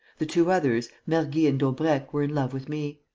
the two others, mergy and daubrecq, were in love with me.